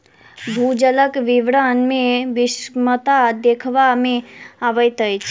भूजलक वितरण मे विषमता देखबा मे अबैत अछि